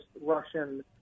Russian